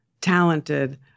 talented